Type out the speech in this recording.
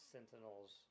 Sentinels